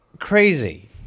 Crazy